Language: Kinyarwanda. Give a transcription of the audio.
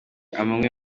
amwe